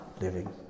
living